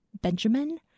Benjamin